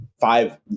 five